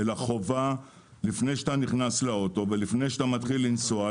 אלא חובה לפני שאתה נכנס לאוטו ולפני שאתה מתחיל לנסוע,